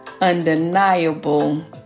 undeniable